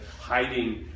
hiding